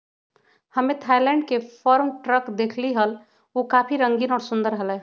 हम्मे थायलैंड के farm truck देखली हल, ऊ काफी रंगीन और सुंदर हलय